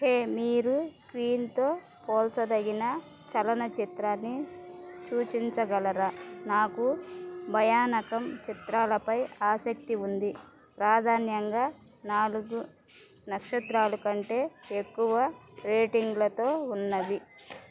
హే మీరు క్వీన్తో పోల్చదగిన చలనచిత్రాన్ని సూచించగలరా నాకు భయానకం చిత్రాలపై ఆసక్తి ఉంది ప్రాధాన్యంగా నాలుగు నక్షత్రాలు కంటే ఎక్కువ రేటింగ్లతో ఉన్నవి